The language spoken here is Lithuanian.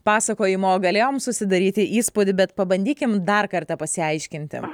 pasakojimo galėjom susidaryti įspūdį bet pabandykim dar kartą pasiaiškinti